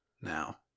now